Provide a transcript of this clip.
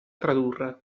tradurre